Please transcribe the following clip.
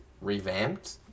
revamped